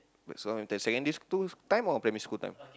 but this one secondary school time or primary school time